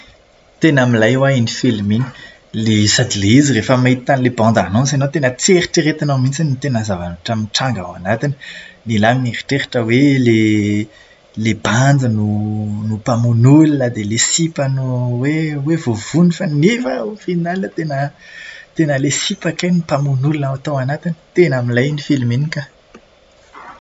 Tena milay ho'aho iny filma iny! Ilay sady ilay izy rehefa mahita an'ilay "bande-annonce" ianao tena tsy eritreretinao mihitsiny ny tena zavatra mitranga ao anatiny. Ialahy mieritreritra hoe ilay ilay bandy no no mpamono olona dia ilay sipa no no hoe voavono fa nefa au final tena tena ilay sipa kay no mpamono olona tao anatiny. Tena milay iny filma iny ka!